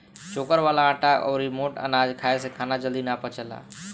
चोकर वाला आटा अउरी मोट अनाज खाए से खाना जल्दी ना पचेला